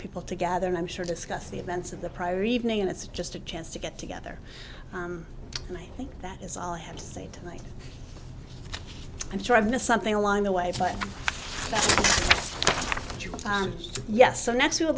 people to gather i'm sure discuss the events of the prior evening and it's just a chance to get together and i think that is all i have to say tonight i'm sure i've missed something along the way for yes so next